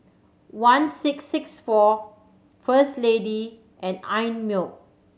one six six four First Lady and Einmilk